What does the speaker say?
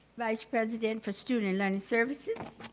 vice president for student and learning services.